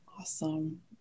Awesome